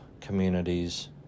communities